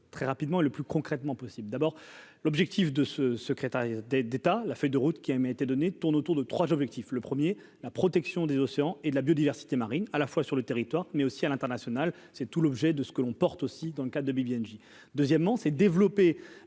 très rapidement et le plus concrètement possible, d'abord, l'objectif de ce secrétariat d'État, la feuille de route qui avait été donné, tourne autour de 3 objectifs : le 1er, la protection des océans et de la biodiversité marine à la fois sur le territoire mais aussi à l'international, c'est tout l'objet de ce que l'on porte aussi dans le cadre de Bibiane J. deuxièmement c'est développer